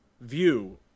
view